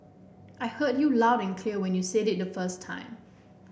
I heard you loud and clear when you said it the first time